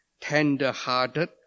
tender-hearted